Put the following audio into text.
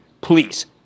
please